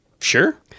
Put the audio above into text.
Sure